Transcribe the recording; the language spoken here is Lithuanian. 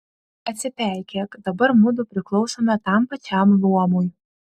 atsipeikėk dabar mudu priklausome tam pačiam luomui